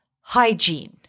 hygiene